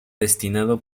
destinado